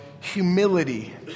humility